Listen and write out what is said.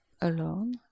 alone